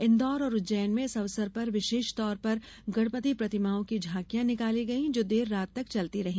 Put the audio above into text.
इन्दौर और उज्जैन में इस अवसर पर विशेष तौर पर गणपति प्रतिमाओं की झांकियां निकाली गयी जो देर रात चलती रही